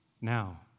Now